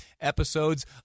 episodes